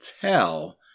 tell